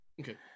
Okay